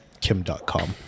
Kim.com